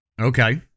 okay